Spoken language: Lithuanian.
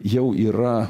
jau yra